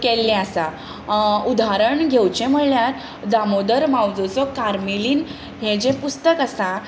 केल्लें आसा उदाहरण घेवचें म्हणल्यार दामोदर मावजोचो कार्मेलीन हें जें पुस्तक आसा